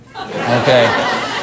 Okay